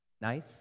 nice